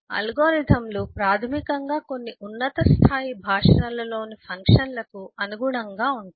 అల్గోరిథంలు ప్రాథమికంగా కొన్ని ఉన్నత స్థాయి భాషలలోని ఫంక్షన్లకు అనుగుణంగా ఉంటాయి